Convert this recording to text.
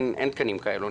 אין תקנים כאלו.